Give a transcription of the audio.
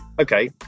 okay